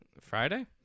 Friday